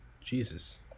Jesus